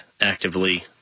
actively